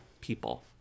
people